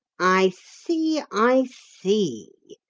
i see! i see!